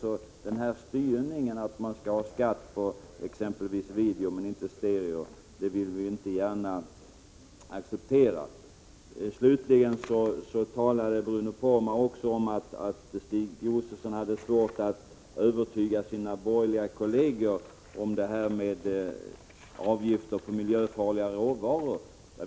Den här styrningen, att det skall utgå skatt på video men inte på stereo, vill vi inte acceptera. Bruno Poromaa sade slutligen att Stig Josefson hade svårt att övertyga sina borgerliga kolleger om att det bör införas avgifter på miljöfarliga råvaror.